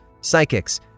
psychics